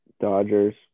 Dodgers